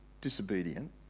disobedient